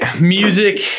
music